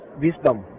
wisdom